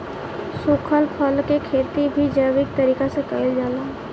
सुखल फल के खेती भी जैविक तरीका से कईल जाला